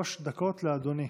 שלוש דקות לאדוני.